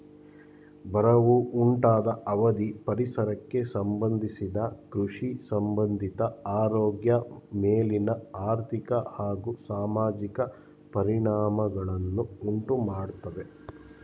ಬರವು ಉಂಟಾದ ಅವಧಿ ಪರಿಸರಕ್ಕೆ ಸಂಬಂಧಿಸಿದ ಕೃಷಿಸಂಬಂಧಿತ ಆರೋಗ್ಯ ಮೇಲಿನ ಆರ್ಥಿಕ ಹಾಗೂ ಸಾಮಾಜಿಕ ಪರಿಣಾಮಗಳನ್ನು ಉಂಟುಮಾಡ್ತವೆ